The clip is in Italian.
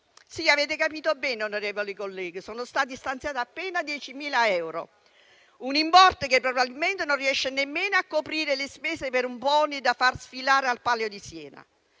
Sì, avete capito bene, onorevoli colleghi: sono stati stanziati appena 10.000 euro, un importo che probabilmente non riesce nemmeno a coprire le spese per un pony da far sfilare al Palio di Siena.